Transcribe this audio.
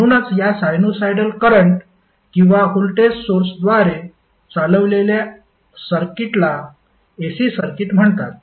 म्हणूनच या sinusoidal current किंवा व्होल्टेज सोर्सद्वारे चालविलेल्या सर्किटला AC सर्किट म्हणतात